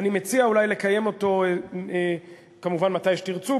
אני מציע אולי לקיים אותו כמובן מתי שתרצו,